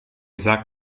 sagt